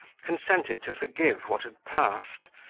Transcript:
consented to forgive what had passed,